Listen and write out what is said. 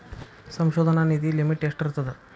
ಸಂಶೋಧನಾ ನಿಧಿ ಲಿಮಿಟ್ ಎಷ್ಟಿರ್ಥದ